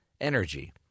energy